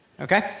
Okay